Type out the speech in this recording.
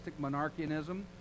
monarchianism